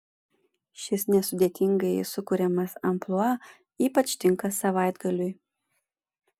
šis nesudėtingai sukuriamas amplua ypač tinka savaitgaliui